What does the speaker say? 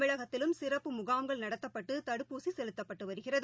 தமிழகத்திலும் சிறப்பு முகாம்கள் நடத்தப்பட்டுதடுப்பூசிசெலுத்தப்பட்டுவருகிறது